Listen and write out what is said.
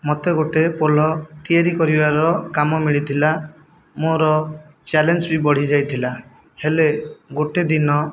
ମୋତେ ଗୋଟିଏ ପୋଲ ତିଆରି କରିବାର କାମ ମିଳିଥିଲା ମୋ'ର ଚ୍ୟାଲେଞ୍ଜ ବି ବଢ଼ିଯାଇଥିଲା ହେଲେ ଗୋଟିଏ ଦିନ